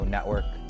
Network